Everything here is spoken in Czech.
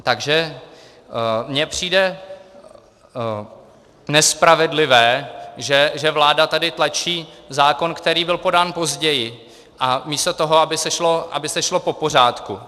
Takže mně přijde nespravedlivé, že vláda tady tlačí zákon, který byl podán později, a místo toho, aby se šlo popořádku.